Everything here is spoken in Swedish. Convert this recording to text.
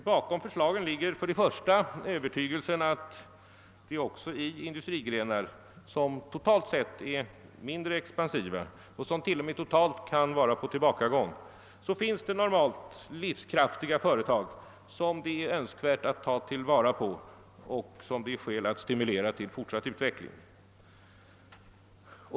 Bakom detta experiment ligger övertygelsen att det också i industrigrenar, som totalt sett är mindre expansiva och som t.o.m. totalt kan vara på tillbakagång, normalt finns livskraftiga företag som det är önskvärt att ta till vara och stimulera till fortsatt utveckling.